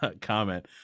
comment